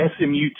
SMU